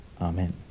amen